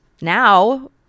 now